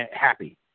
happy